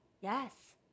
Yes